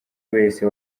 wese